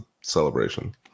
celebration